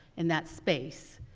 in that space,